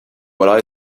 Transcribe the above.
what